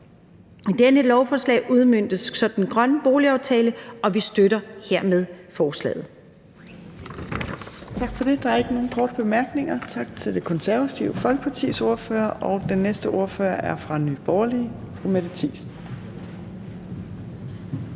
I dette lovforslag udmøntes så den grønne boligaftale, og vi støtter hermed forslaget.